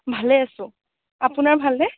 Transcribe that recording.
ভালে আছোঁ আপোনাৰ ভাল নে